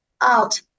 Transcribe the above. out